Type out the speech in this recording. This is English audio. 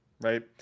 right